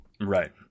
Right